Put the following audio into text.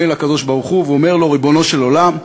לקדוש-ברוך-הוא ואומר לו: ריבונו של עולם,